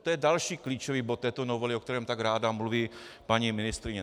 To je další klíčový bod této novely, o kterém tak ráda mluví paní ministryně.